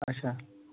اچھا